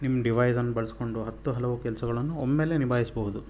ನಿಮ್ಮ ಡಿವೈಸನ್ನು ಬಳ್ಸಿಕೊಂಡು ಹತ್ತು ಹಲವು ಕೆಲಸಗಳನ್ನು ಒಮ್ಮೆಲೇ ನಿಭಾಯಿಸ್ಬೋದು